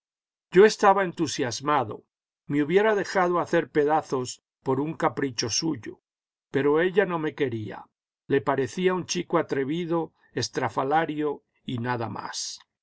yo estaba entusiasmado me hubiera dejado hacer pedazos por un capricho suyo pero ella no me quería le parecía un chico atrevido estrafalario y nada más